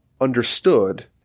understood